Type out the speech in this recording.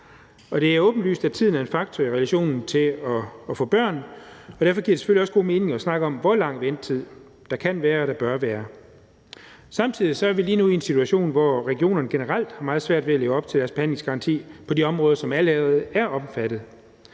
Det er åbenlyst, at tiden er en faktor i relation til at få børn, og derfor giver det selvfølgelig også god mening at snakke om, hvor lang ventetid der kan være og der bør være. Samtidig er vi lige nu i en situation, hvor regionerne generelt har meget svært ved at leve op til deres behandlingsgaranti på de områder, som allerede er omfattet.